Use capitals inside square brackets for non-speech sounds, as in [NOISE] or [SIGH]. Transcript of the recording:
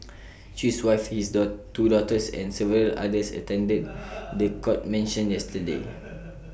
[NOISE] chew's wife is the two daughters and several others attended [NOISE] The Court mention yesterday [NOISE]